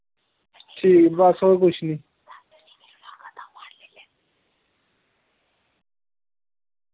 ठीक ऐ बस और कुछ नी